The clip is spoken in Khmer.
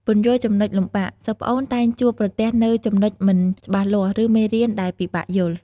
ពន្យល់ចំណុចលំបាក សិស្សប្អូនតែងជួបប្រទះនូវ ចំណុចមិនច្បាស់លាស់ ឬមេរៀនដែលពិបាកយល់។